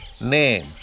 name